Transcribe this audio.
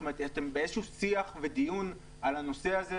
זאת אומרת, אתם באיזשהו שיח ודיון על הנושא הזה?